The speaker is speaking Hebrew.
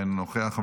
אינו נוכח,